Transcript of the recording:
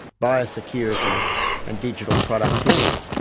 biosecurity and digital productivity.